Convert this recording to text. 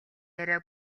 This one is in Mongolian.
яриа